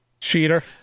Cheater